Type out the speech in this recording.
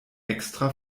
extra